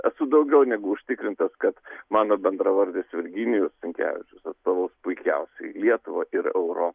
esu daugiau negu užtikrintas kad mano bendravardis virginijus sinkevičius atstovaus puikiausiai lietuvą ir euro